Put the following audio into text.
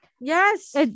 yes